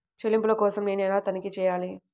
చెల్లింపుల కోసం నేను ఎలా తనిఖీ చేయాలి?